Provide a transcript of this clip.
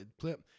clip